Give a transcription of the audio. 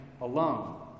alone